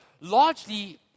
largely